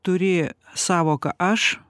turi sąvoką aš